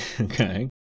Okay